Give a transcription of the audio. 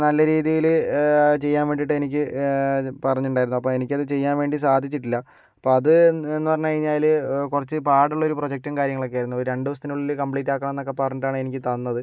നല്ല രീതിയിൽ ചെയ്യാൻ വേണ്ടിയിട്ട് എനിക്ക് പറഞ്ഞിട്ടുണ്ടായിരുന്നു അപ്പം എനിക്കത് ചെയ്യാൻ വേണ്ടി സാധിച്ചിട്ടില്ല അപ്പോൾ അത് എന്ന് പറഞ്ഞു കഴിഞ്ഞാല് കുറച്ച് പാടുള്ളൊരു പ്രൊജക്റ്റും കാര്യങ്ങളൊക്കെ ആയിരുന്നു രണ്ടു ദിവസത്തിനുള്ളിൽ കംപ്ലീറ്റ് ആകണം എന്നൊക്കെ പറഞ്ഞിട്ടാണ് എനിക്ക് തന്നത്